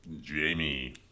Jamie